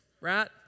right